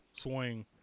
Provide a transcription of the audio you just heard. swing